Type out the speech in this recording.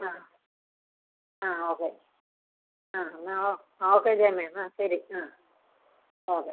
ആ ആ ഓക്കെ ആ എന്നാൽ ഓക്കെ രമേ ആ ശരി ആ ഓക്കെ